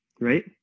right